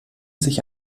sich